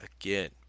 again